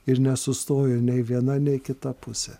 ir nesustojo nei viena nei kita pusė